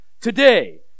Today